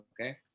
okay